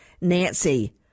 Nancy